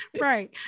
Right